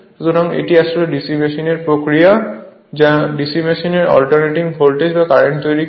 সুতরাং এটি আসলে DC মেশিনের প্রক্রিয়া যা DC মেশিন অল্টারনেটিং ভোল্টেজ বা কারেন্ট তৈরি করে